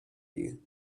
you